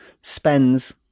spends